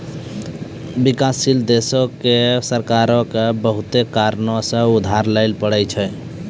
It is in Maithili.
विकासशील देशो के सरकारो के बहुते कारणो से उधार लिये पढ़ै छै